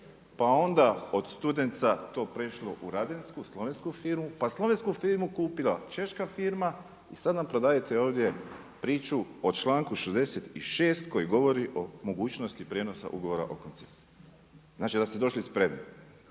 pa onda od Studenca to prešlo u Radensku, slovensku firmu, pa kupila češka firma i sada nam prodajete ovdje priču o članku 66. koji govori o mogućnosti prijenosa ugovora o koncesiji. Znači da ste došli spremni.